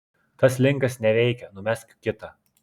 tas linkas neveikia numesk kitą